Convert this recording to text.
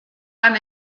lan